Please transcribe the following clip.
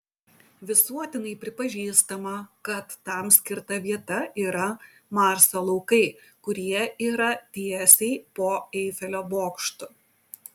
visuotinai pripažįstama kad tam skirta vieta yra marso laukai kurie yra tiesiai po eifelio bokštu